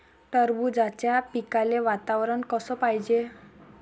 टरबूजाच्या पिकाले वातावरन कस पायजे?